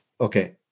Okay